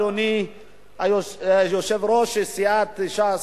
אדוני יושב-ראש סיעת ש"ס,